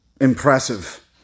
impressive